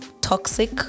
toxic